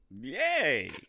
Yay